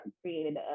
created